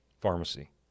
pharmacy